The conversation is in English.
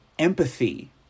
empathy